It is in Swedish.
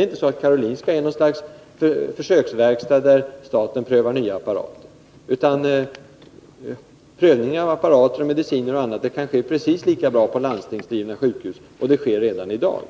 är inte så att Karolinska är något särskilt slags försöksverkstad där staten prövar nya apparater. Prövningen av apparater, mediciner och annat kan precis lika gärna ske på landstingsdrivna sjukhus, och så sker redan i dag.